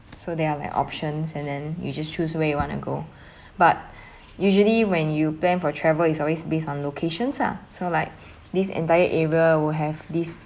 so there are like options and then you just choose where you wanna go but usually when you plan for travel it's always based on locations ah so like this entire area will have this